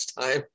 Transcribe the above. time